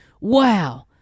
wow